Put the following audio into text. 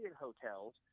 hotels